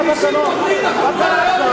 אדוני היושב-ראש,